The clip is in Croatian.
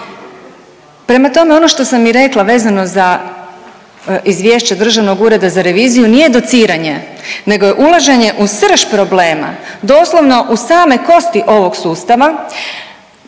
Prema tome, ono što sam i rekla vezano za Izvješće Državnog ureda za reviziju nije dociranje, nego je ulaženje u srž problema, doslovno u same kosti ovog sustava,